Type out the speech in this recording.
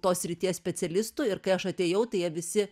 tos srities specialistų ir kai aš atėjau tai jie visi